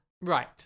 Right